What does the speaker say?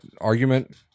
argument